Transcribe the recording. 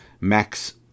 MAX